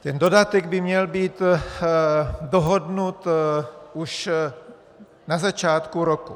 Ten dodatek by měl být dohodnut už na začátku roku.